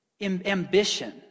ambition